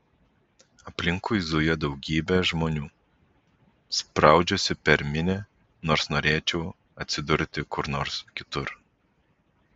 aplinkui zuja daugybė žmonių spraudžiuosi per minią nors norėčiau atsidurti kur nors kitur